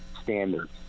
standards